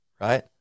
right